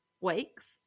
weeks